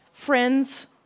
Friends